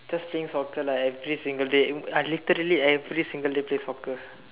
just playing soccer lah every single day eh I literally every single day play soccer